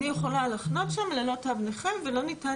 אני יכולה להחנות שם ללא תו נכה ולא ניתן